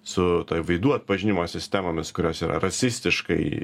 su ta veidų atpažinimo sistemomis kurios yra rasistiškai